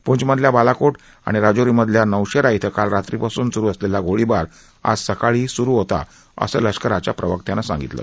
पृंछ मधल्या बालाकोट आणि राजौरीमधल्या नौशेरा इथं काल रात्रीपासून स्रु असलेला गोळीबार आज सकाळीही सुरु होता असं लष्कराच्या प्रवक्त्यानं सांगितलं